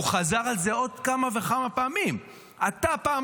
הוא חזר על זה עוד כמה וכמה פעמים: אתה פעם